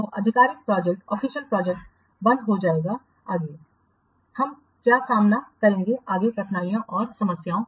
तो आधिकारिक प्रोजेक्टबंद हो जाएगा आगे हम क्या सामना करेंगे आगे कठिनाइयों और समस्याओं